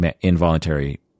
involuntary